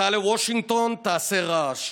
סע לוושינגטון, תעשה רעש,